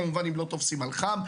כמובן אם לא תופסים על חם.